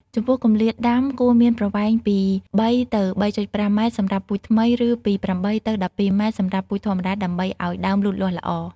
ចំពោះគម្លាតដាំ គួរមានប្រវែងពី ៣ ទៅ ៣.៥ ម៉ែត្រសម្រាប់ពូជថ្មី ឬពី ៨ ទៅ ១២ ម៉ែត្រសម្រាប់ពូជធម្មតាដើម្បីឲ្យដើមលូតលាស់ល្អ។